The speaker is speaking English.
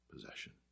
possession